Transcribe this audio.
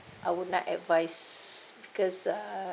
I would not advise because uh